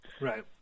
Right